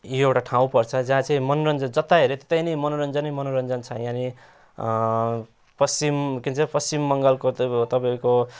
यो एउटा ठाउँ पर्छ जहाँ चाहिँ मनोरन्जन जता हेर्यो त्यता नै मनोरन्ज नै मनोरन्जन छ यहाँनेरि पश्चिम के भन्छ पश्चिम बङ्गालको त तपाईँको